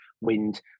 wind